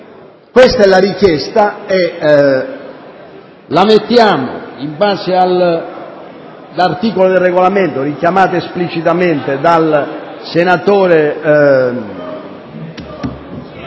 Questa è la richiesta e la metterò ai voti, in base all'articolo 56 del Regolamento, richiamato esplicitamente dal senatore